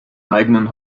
eigenen